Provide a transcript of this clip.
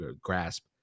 grasp